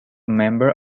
member